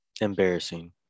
Embarrassing